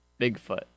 Bigfoot